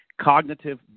cognitive